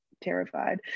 terrified